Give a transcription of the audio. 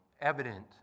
evident